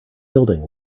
building